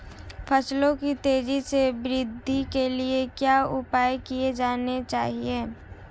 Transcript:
फसलों की तेज़ी से वृद्धि के लिए क्या उपाय किए जाने चाहिए?